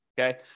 Okay